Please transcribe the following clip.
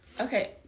Okay